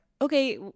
okay